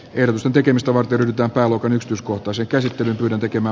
erosen tekemistä varten ryhdytään palopäivystyskohtaisen käsittelyn tekemä